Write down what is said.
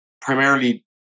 primarily